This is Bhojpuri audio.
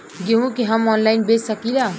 गेहूँ के हम ऑनलाइन बेंच सकी ला?